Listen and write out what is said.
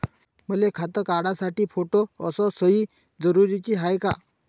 मले खातं काढासाठी फोटो अस सयी जरुरीची हाय का?